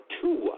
two